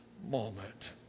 moment